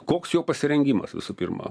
koks jo pasirengimas visų pirma